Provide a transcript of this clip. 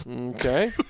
Okay